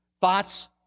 Thoughts